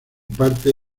parte